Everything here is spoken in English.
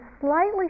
slightly